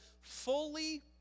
fully